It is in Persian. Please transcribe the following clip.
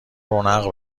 رونق